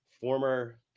former